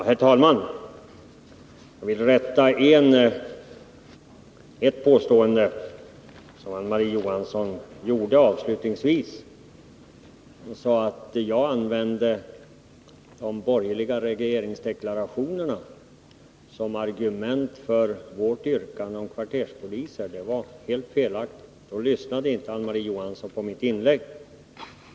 Herr talman! Jag vill rätta ett felaktigt påstående i Marie-Ann Johanssons anförande. Hon sade avslutningsvis att jag använde de borgerliga regeringsdeklarationerna som argument för vårt yrkande om kvarterspoliser. Det gjorde jag inte — Marie-Ann Johansson kan inte ha lyssnat på mitt inlägg.